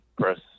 press